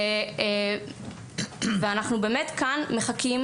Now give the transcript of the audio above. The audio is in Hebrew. אנחנו כאן מחכים,